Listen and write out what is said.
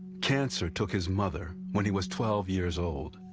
cancer took his mother when he was twelve years old.